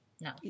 No